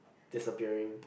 disappearing